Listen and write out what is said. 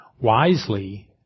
wisely